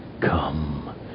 come